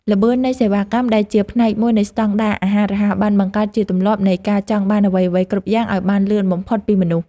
ល្បឿននៃសេវាកម្មដែលជាផ្នែកមួយនៃស្តង់ដារអាហាររហ័សបានបង្កើតជាទម្លាប់នៃការចង់បានអ្វីៗគ្រប់យ៉ាងឲ្យបានលឿនបំផុតពីមនុស្ស។